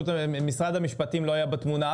משרד המשפטים לא היה בתמונה?